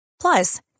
plus